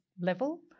level